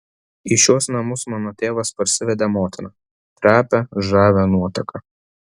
į šiuos namus mano tėvas parsivedė motiną trapią žavią nuotaką